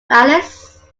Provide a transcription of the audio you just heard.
alice